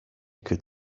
could